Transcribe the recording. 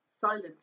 silent